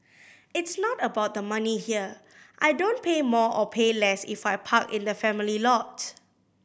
it's not about the money here I don't pay more or pay less if I park in the family lot